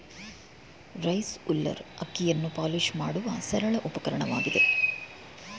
rice huller ಅಕ್ಕಿಯನ್ನು polish ಮಾಡುವ ಸರಳ ಉಪಕರಣವಾಗಿದೆ